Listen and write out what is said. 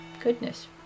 Goodness